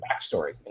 backstory